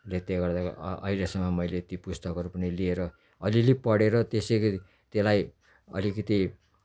त्यसले गर्दा अहिलेसम्म मैले ती पुस्तकहरू पनि लिएर अलिअलि पढेर त्यसैगरी त्यसलाई अलिकति